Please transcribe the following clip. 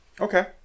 Okay